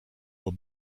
will